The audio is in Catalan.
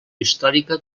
històrica